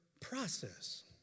process